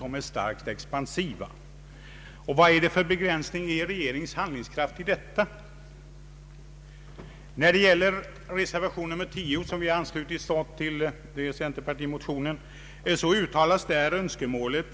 Vad innebär detta för begränsning av regeringens handlingskraft? I reservation 10, som vi har anslutit oss till — den grundar sig på en centerpartimotion — uttalas önskemålet